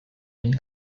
and